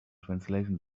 translation